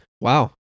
Wow